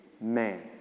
man